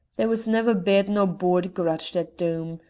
there was never bed nor board grudged at doom.